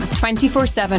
24-7